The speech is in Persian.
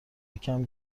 یکم